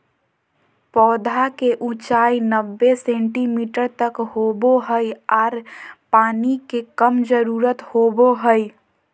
पौधा के ऊंचाई नब्बे सेंटीमीटर तक होबो हइ आर पानी के कम जरूरत होबो हइ